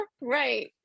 Right